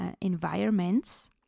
environments